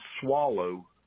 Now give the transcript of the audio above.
swallow